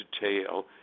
detail